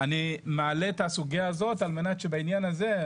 אני מעלה את הסוגיה הזאת על מנת שבעניין הזה,